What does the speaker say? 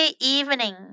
evening